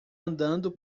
andando